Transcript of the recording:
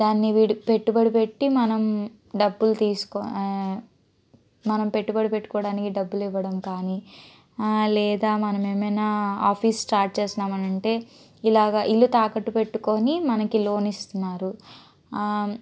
దాన్ని విడు పెట్టుబడి పెట్టి మనం డబ్బులు తీసుకో మనం పెట్టుబడి పెట్టుకోవడానికి డబ్బులు ఇవ్వడం కానీ లేదా మనమేమైనా ఆఫీస్ స్టార్ట్ చేస్తున్నామంటే ఇలాగ ఇల్లు తాకట్టు పెట్టుకొని మనకి లోన్ ఇస్తున్నారు